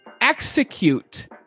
execute